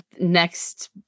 next